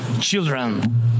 children